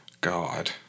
God